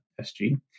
SG